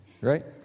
right